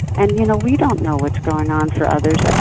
and you know we don't know what's going on for others. ah